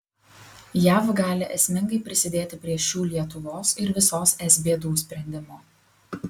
jav gali esmingai prisidėti prie šių lietuvos ir visos es bėdų sprendimo